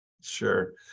Sure